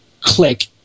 click